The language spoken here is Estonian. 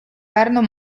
pärnu